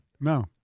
No